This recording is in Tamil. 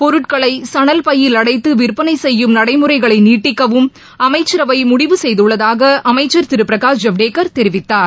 பொருட்களைசனல் பையில் அடைத்துவிற்பளைசெய்யும் நடைமுறைகளைநீட்டிக்கவும் அமைச்சரவைமுடிவு செய்துள்ளதாகஅமைச்சர் திருபிரகாஷ் ஜவடேகர் தெரிவித்தார்